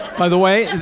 by the way, and